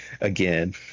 again